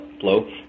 flow